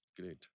Great